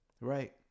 Right